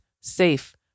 safe